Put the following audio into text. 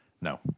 no